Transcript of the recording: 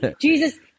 jesus